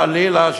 חלילה,